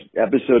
episode